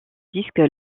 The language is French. disque